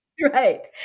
Right